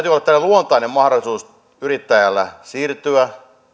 luontainen mahdollisuus siirtyä